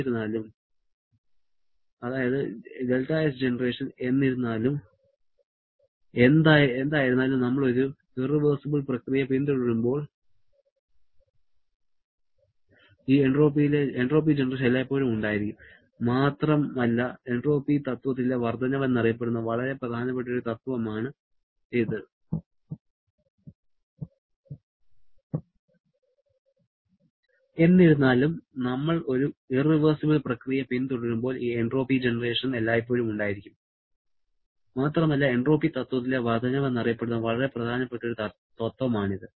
എന്നിരുന്നാലും നമ്മൾ ഒരു ഇറവെർസിബിൾ പ്രക്രിയ പിന്തുടരുമ്പോൾ ഈ എൻട്രോപ്പി ജനറേഷൻ എല്ലായ്പ്പോഴും ഉണ്ടായിരിക്കും മാത്രമല്ല എൻട്രോപ്പി തത്വത്തിലെ വർദ്ധനവ് എന്നറിയപ്പെടുന്ന വളരെ പ്രധാനപ്പെട്ട ഒരു തത്വമാണിത്